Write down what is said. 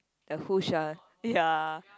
the Usher ya